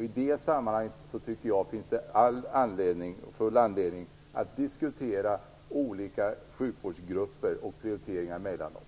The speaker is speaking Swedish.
I det sammanhanget tycker jag att det finns all anledning att diskutera olika sjukvårdsgrupper och prioriteringar mellan dem.